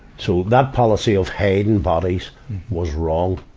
so that policy of hiding bodies was wrong,